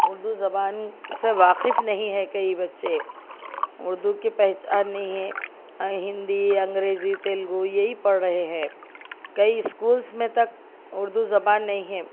اردو زبان سے واقف نہیں ہیں کئی بچّے اردو کی پہچان نہیں ہے ہندی انگریزی تلگو یہی پڑھ رہے ہیں کئی اسکولس میں تک اردو زبان نہیں ہے